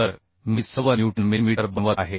तर मी सर्व न्यूटन मिलीमीटर बनवत आहे